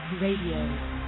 Radio